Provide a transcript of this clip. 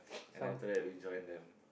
and after that we join them